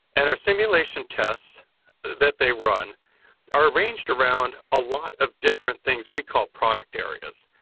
and our simulation tests that they run are arranged around a lot of different things we call product areas.